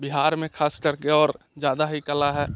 बिहार में खासकर के और ज़्यादा ही कला है